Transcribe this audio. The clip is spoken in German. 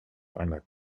kleiner